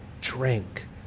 drink